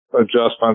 adjustments